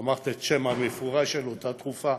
אמרת את השם המפורש של אותה תרופה